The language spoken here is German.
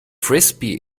frisbee